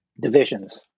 divisions